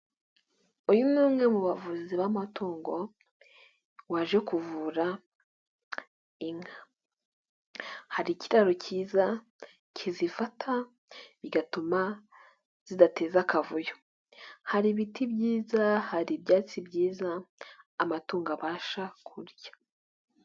Uyu ni umwe mu bavuzi b'amatungo waje kuvura inka, hari ikiraro cyiza kizifata bigatuma zidateza akavuyo, hari ibiti byiza, hari ibyatsi byiza amatungo abasha kurya.